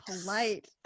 polite